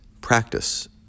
practice